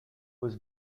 was